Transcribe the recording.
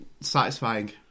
satisfying